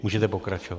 Můžete pokračovat.